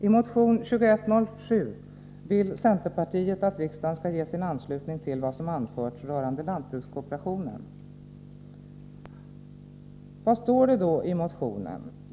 I motion 2107 vill centerpartiet att riksdagen skall ge sin anslutning till vad som anförts rörande lantbrukskooperationen. Vad står det då i motionen?